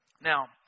Now